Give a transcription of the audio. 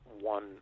one